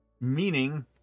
meaning